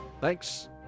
Thanks